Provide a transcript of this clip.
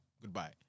goodbye